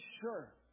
sure